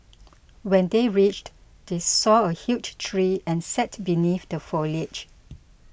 when they reached they saw a huge tree and sat beneath the foliage